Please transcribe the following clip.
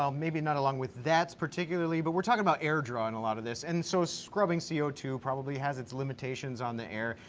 um maybe not along with that particularly, but we're talking about air draw in a lot of this, and so scrubbing c o two probably has its limitations on the air,